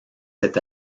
cet